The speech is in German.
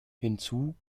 hinzu